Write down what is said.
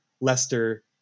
Leicester